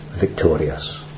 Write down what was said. victorious